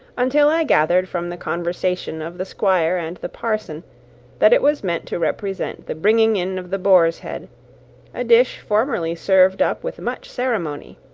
until i gathered from the conversation of the squire and the parson that it was meant to represent the bringing in of the boar's head a dish formerly served up with much ceremony,